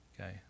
okay